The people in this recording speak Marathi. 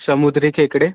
समुद्री खेकडे